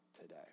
today